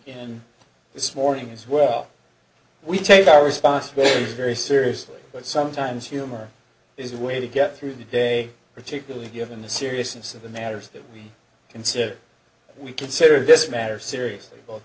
in this morning as well we take our response will be very seriously but sometimes humor is a way to get through the day particularly given the seriousness of the matter is that we consider we consider this matter seriously both